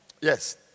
Yes